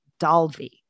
Dalvi